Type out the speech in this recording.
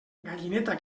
gallineta